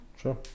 sure